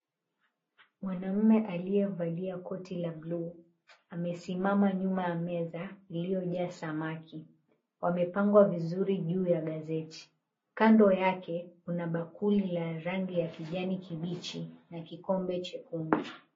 Mwanamume aliyevalia koti la bluu amesimama nyuma ya meza iliyojaa samaki wamepangwa vizuri juu ya gazeti. Kando yake kuna bakuli la rangi ya kijani kibichi na kikombe chekundu.